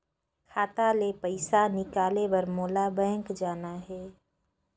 खाता ले पइसा निकाले बर मोला बैंक जाना हे?